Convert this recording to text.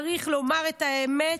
צריך לומר את האמת,